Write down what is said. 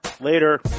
later